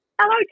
Hello